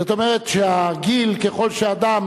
זאת אומרת, שהגיל, ככל שאדם